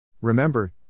Remember